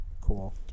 cool